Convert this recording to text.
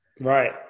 Right